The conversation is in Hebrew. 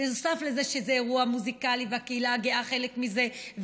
בנוסף לזה שזה אירוע מוזיקלי והקהילה הגאה חלק מזה,